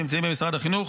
שנמצאים במשרד החינוך.